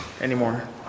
anymore